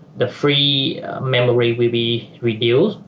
the free memory will be reduced.